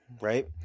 right